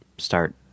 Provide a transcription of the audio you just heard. start